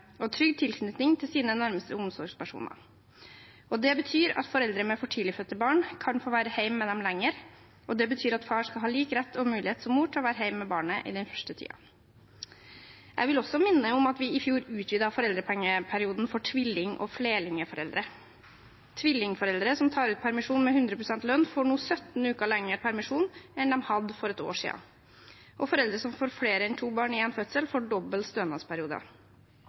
og trygg tilknytning til sine nærmeste omsorgspersoner. Det betyr at foreldre med for tidlig fødte barn kan få være hjemme med dem lenger, og det betyr at far skal ha lik rett og samme mulighet som mor til å være hjemme med barnet i den første tiden. Jeg vil også minne om at vi i fjor utvidet foreldrepengeperioden for tvilling- og flerlingforeldre. Tvillingforeldre som tar ut permisjon med 100 pst. lønn, får nå 17 uker lengre permisjon enn de hadde for et år siden. Foreldre som får flere enn to barn i én fødsel, får dobbel stønadsperiode.